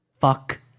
fuck